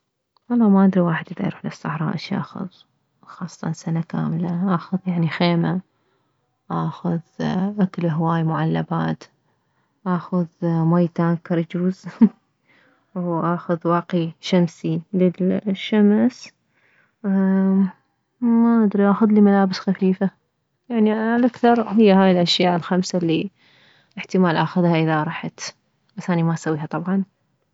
والله ما ادري واحد اذا يروح للصحراء شياخذ خاصة سنة كاملة اخذ يعني خيمة اخذ اكل هواي معلبات اخذ ماي تانكر يجوز هه واخذ واقي شمسي للشمس ما ادري اخذلي ملابس خفيفة يعني عالاكثر هي هاي الاشياء الخمسة الي احتمال اخذها اذا رحت بس اني ما اسويها طبعا